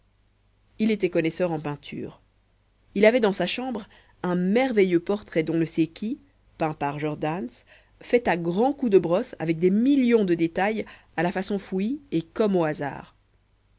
il était connaisseur en peinture il avait dans sa chambre un merveilleux portrait d'on ne sait qui peint par jordaens fait à grands coups de brosse avec des millions de détails à la façon fouillis et comme au hasard